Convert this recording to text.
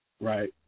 right